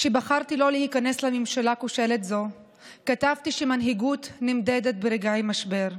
כשבחרתי לא להיכנס לממשלה כושלת זו כתבתי שמנהיגות נמדדת ברגעי משבר.